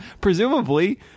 presumably